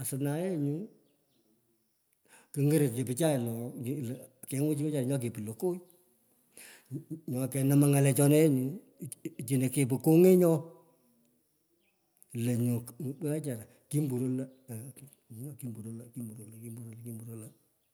Asna ye nyo, kungorokchi pichai lo, lo kengwun tyonjai nyo kepu lokoy. Nyo kenama ng’alechona yee nyo, chino kepu kony’enyo, lo nyu, wechara, kimboro lo, kimboro lo, kimbore lo,